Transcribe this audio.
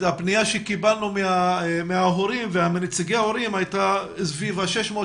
הפניה שקיבלנו מההורים ומנציגי ההורים הייתה סביב ה-600,